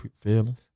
feelings